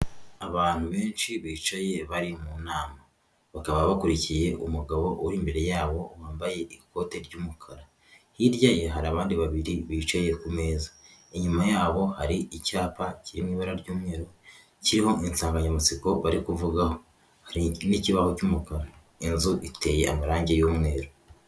Abantu benshi bicaye bari mu nama bakaba bakurikiye umugabo uri imbere yabo wambaye ikoti ry'umukara. Hirya ye hari abandi babiri bicaye ku meza, inyuma yabo hari icyapa kiri mu ibara ry'umweru kiriho insanganyamatsiko bari kuvugaho hari n'ikibaho cy'umukara. Inzu iteye amarangi y'umweru.